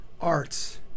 arts